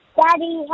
daddy